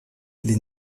les